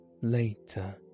later